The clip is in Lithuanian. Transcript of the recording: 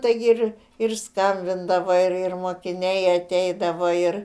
taigi ir ir skambindavo ir ir mokiniai ateidavo ir